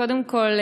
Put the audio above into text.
קודם כול,